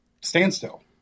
standstill